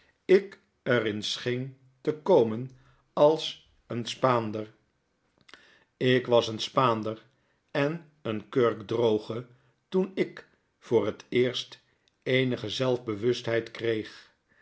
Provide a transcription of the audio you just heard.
ik er in scheen te komen als een spaander ik was een spaander en een kurkdroge toen ik voor het eerst eenige zelfbewustheid kreeg